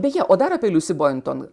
beje o dar apie liusi bointon